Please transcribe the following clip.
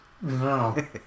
No